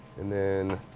and then,